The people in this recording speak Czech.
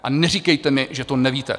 A neříkejte mi, že to nevíte.